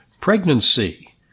pregnancy